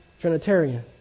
Trinitarian